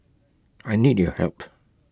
I need your help